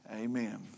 Amen